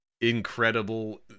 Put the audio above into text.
incredible